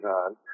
on